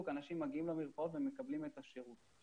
אנשים מגיעים למרפאות ומקבלים את השירות.